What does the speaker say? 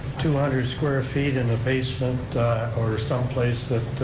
two hundred square ah feet in a basement or someplace that